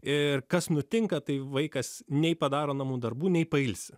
ir kas nutinka tai vaikas nei padaro namų darbų nei pailsi